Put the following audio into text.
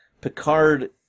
Picard